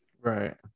right